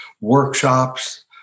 workshops